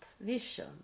vision